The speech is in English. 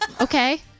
Okay